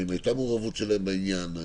האם הייתה מעורבות שלהם בעניין?